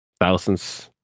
thousands